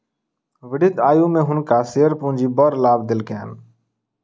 वृद्ध आयु में हुनका शेयर पूंजी बड़ लाभ देलकैन